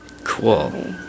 cool